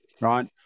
right